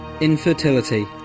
infertility